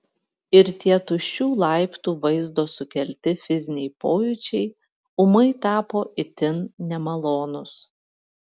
ir tie tuščių laiptų vaizdo sukelti fiziniai pojūčiai ūmai tapo itin nemalonūs